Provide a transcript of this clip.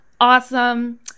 awesome